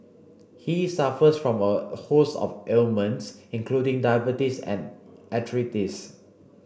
he suffers from a host of ailments including diabetes and arthritis